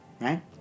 Right